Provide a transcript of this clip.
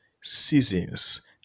seasons